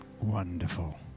wonderful